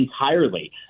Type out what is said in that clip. entirely